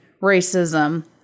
racism